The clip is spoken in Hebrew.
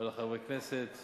ולחברי הכנסת